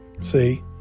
See